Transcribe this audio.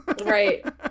right